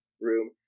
room